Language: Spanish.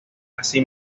así